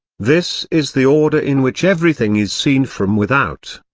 this is the order in which everything is seen from without.